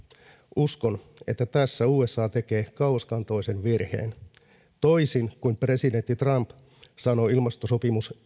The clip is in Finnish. uskon että tässä usa tekee kauaskantoisen virheen toisin kuin presidentti trump sanoi ilmastosopimus